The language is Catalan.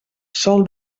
sol